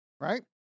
right